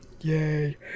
Yay